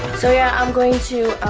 so yeah. i'm going to